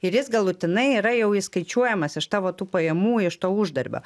ir jis galutinai yra jau išskaičiuojamas iš tavo tų pajamų iš to uždarbio